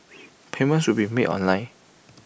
payment should be made online